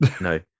No